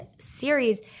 series